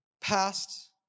past